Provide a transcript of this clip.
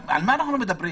על מה אנחנו מדברים?